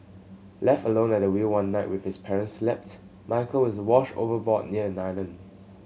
left alone at the wheel one night with his parents slept Michael is washed overboard near an island